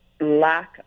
lack